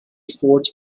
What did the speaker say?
fort